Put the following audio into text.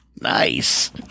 Nice